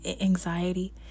anxiety